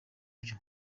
byo